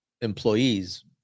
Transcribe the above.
employees